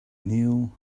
kneel